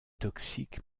toxique